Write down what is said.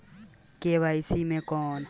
KYC मे कौन कौन कागज देवे के पड़ी?